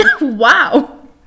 Wow